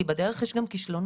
כי בדרך יש גם כישלונות,